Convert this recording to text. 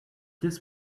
this